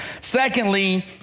Secondly